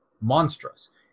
monstrous